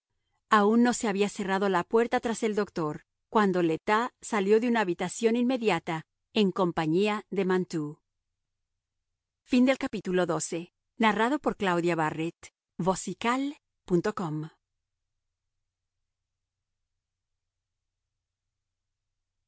aun no se había cerrado la puerta tras el doctor cuando le tas salió de una habitación inmediata en compañía de mantoux xiii el puñal mateo mantoux no